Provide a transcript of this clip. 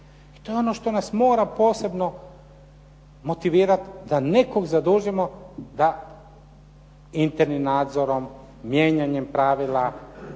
i to je ono što nas mora posebno motivirati da nekog zadužimo da internim nadzorom, mijenjanjem pravila,